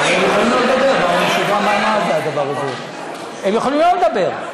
יש לי בדיחה, הרי הם יכולים לא לדבר.